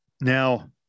Now